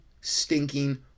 stinking